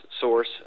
source